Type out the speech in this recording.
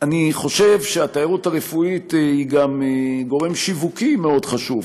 אני חושב שהתיירות הרפואית היא גם גורם שיווקי מאוד חשוב.